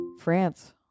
France